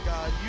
God